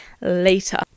later